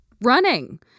running